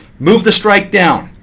move the strike down.